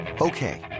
Okay